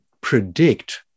predict